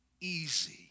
easy